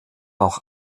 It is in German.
auch